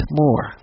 more